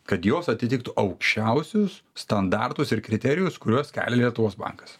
kad jos atitiktų aukščiausius standartus ir kriterijus kuriuos kelia lietuvos bankas